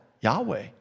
Yahweh